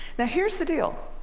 now here's the deal.